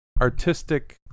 artistic